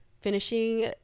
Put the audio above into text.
finishing